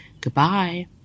Goodbye